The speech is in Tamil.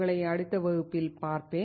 உங்களை அடுத்த வகுப்பில் பார்ப்பேன்